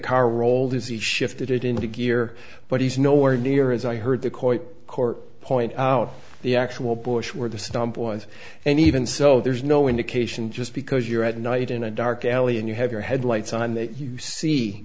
car rolled as he shifted it into gear but he's nowhere near as i heard the ct ct point out the actual bush where the stump was and even so there's no indication just because you're at night in a dark alley and you have your headlights on that you see